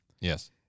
yes